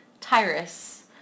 Tyrus